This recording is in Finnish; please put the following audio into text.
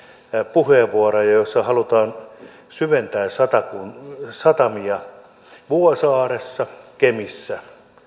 puheenvuoroja joissa halutaan syventää satamia satamia vuosaaressa kemissä